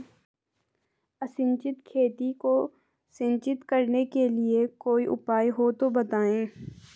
असिंचित खेती को सिंचित करने के लिए कोई उपाय हो तो बताएं?